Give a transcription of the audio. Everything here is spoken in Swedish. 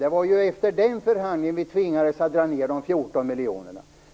Det var efter den som vi tvingades dra ned med 14 miljoner.